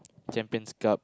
champion star